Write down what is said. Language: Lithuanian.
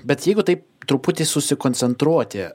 bet jeigu taip truputį susikoncentruoti